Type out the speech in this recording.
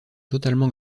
totalement